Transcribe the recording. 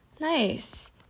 Nice